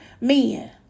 men